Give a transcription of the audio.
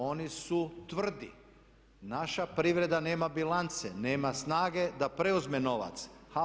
Oni su tvrdi, naša privreda nema bilance, nema snage da preuzme novac.